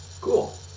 Cool